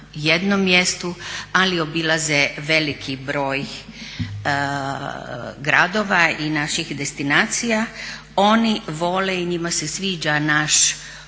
jednom mjestu ali obilaze veliki broj gradova i naših destinacija oni vole i njima se sviđa naš